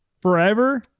forever